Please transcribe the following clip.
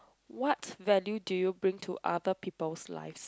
what value do you bring to other people's lives